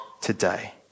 today